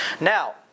Now